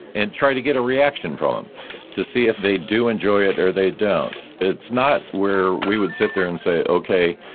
and try to get a reaction from them to see if they do enjoy it, or they don't. so it's not where we would sit there and say, okay.